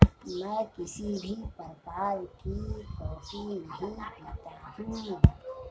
मैं किसी भी प्रकार की कॉफी नहीं पीता हूँ